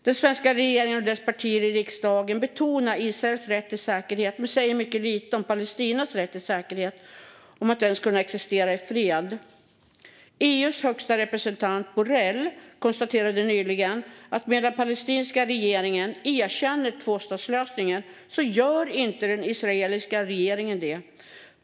Den svenska regeringen och dess partier i riksdagen betonar Israels rätt till säkerhet men säger mycket lite om Palestinas rätt till säkerhet och att ens kunna existera i fred. EU:s högste representant, Borrell, konstaterade nyligen att medan den palestinska regeringen erkänner tvåstatslösningen gör den israeliska regeringen inte det.